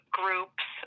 groups